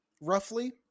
Roughly